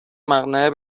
مقنعه